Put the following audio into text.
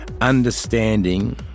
understanding